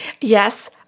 Yes